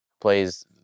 plays